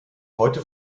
heute